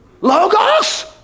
Logos